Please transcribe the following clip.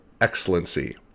excellency